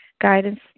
guidance